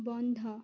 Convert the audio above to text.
বন্ধ